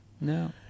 No